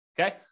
Okay